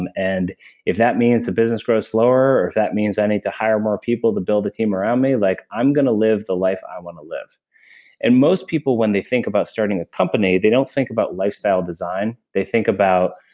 and and if that means the business grows slower, or that means i need to hire more people to build a team around me, like i'm going to live the life i want to live and most people, when they think about starting company, they don't think about lifestyle design. they think about